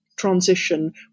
transition